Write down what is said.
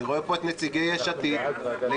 אני רואה פה את נציגי יש עתיד לגיטימי,